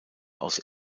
aus